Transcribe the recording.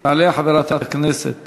תעלה חברת הכנסת